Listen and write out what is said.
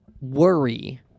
worry